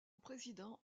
président